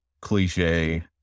cliche